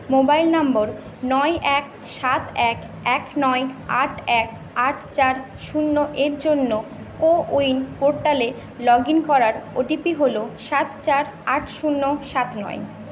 mobile number নয় এক সাত এক এক নয় আট এক আট চার শূন্য এর জন্য কো উইন পোর্টালে লগ ইন করার ওটিপি হল সাত চার আট শূন্য সাত নয়